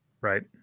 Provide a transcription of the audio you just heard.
Right